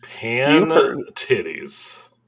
Pantitties